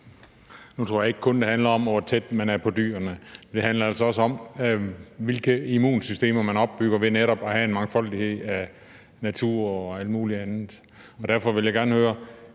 Nu tror jeg ikke kun det handler om, hvor tæt man er på dyrene. Det handler altså også om, hvilke immunsystemer man opbygger ved netop at have en mangfoldighed af natur og alt muligt andet. Derfor vil jeg gerne høre: